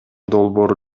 долбоор